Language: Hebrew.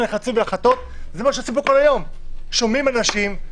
שומעים אנשים,